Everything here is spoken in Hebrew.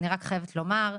אני רק חייבת לומר,